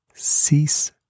Cease